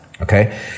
Okay